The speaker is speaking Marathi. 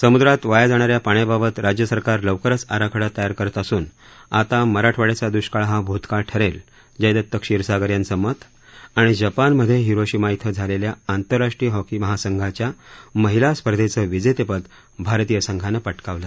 समुद्रात वाया जाणा या पाण्या बाबत राज्य सरकार लवकरच आराखडा तयार करत असून आता मराठवाड्याचा दृष्काळ हा भूतकाळ ठरेल जयदत क्षीरसागर यांचं मत जपानमध्ये हिरोशिमा क्रि झालेल्या आंतरराष्ट्रीय हॉकी महासंघाच्या महिला स्पर्धेचं विजेतेपद भारतीय संघानं पटकावलं